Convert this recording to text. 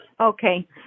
Okay